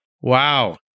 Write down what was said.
Wow